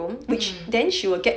hmm